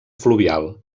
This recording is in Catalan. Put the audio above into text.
fluvial